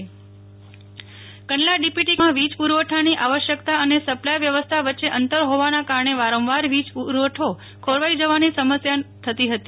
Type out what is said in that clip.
Nehal Thakkar Kandla DPT કંડલામાં વીજ પુરવઠાની આવશ્યકતા અને સપ્લાય વ્યવસ્થા વચ્ચે અંતર જોવાના કારણે વારેવાર વીજ પુરવઠો ખોરવાઈ જવાની સમસ્યાનો થતી હતી